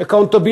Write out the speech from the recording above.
accountability,